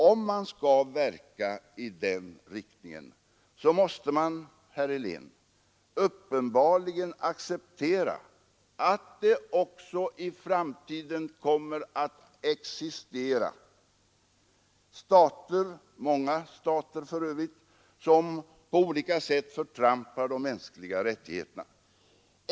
Om man skall verka i den riktningen, måste man, herr Helén, uppenbarligen acceptera att det också i framtiden kommer att existera stater — många stater, för övrigt — som på olika sätt förtrampar de mänskliga rättigheterna.